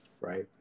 Right